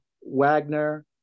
Wagner